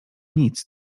nic